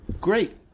Great